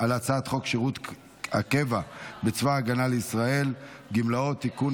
הצעת חוק שירות הקבע בצבא הגנה לישראל (גמלאות) (תיקון,